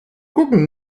gucken